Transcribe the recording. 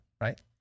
Right